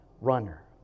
runner